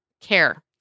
care